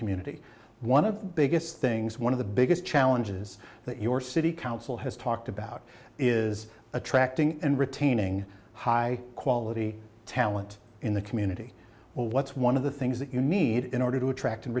community one of the biggest things one of the biggest challenges that your city council has talked about is attracting and retaining high quality talent in the community well what's one of the things that you need in order to attract and